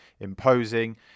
imposing